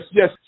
yes